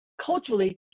culturally